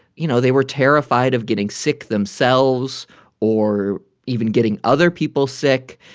you know, they were terrified of getting sick themselves or even getting other people sick.